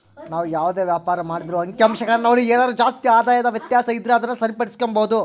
ನಾವು ಯಾವುದೇ ವ್ಯಾಪಾರ ಮಾಡಿದ್ರೂ ಅಂಕಿಅಂಶಗುಳ್ನ ನೋಡಿ ಏನಾದರು ಜಾಸ್ತಿ ಆದಾಯದ ವ್ಯತ್ಯಾಸ ಇದ್ರ ಅದುನ್ನ ಸರಿಪಡಿಸ್ಕೆಂಬಕು